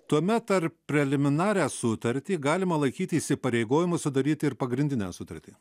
tuomet ar preliminarią sutartį galima laikyti įsipareigojimu sudaryt ir pagrindinę sutartį